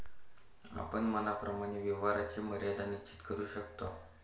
आपण मनाप्रमाणे व्यवहाराची मर्यादा निश्चित करू शकतो